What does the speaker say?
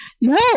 No